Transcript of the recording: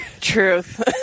Truth